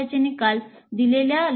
सरावाचे निकाल ta